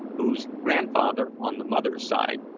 whose grandfather, on the mother's side,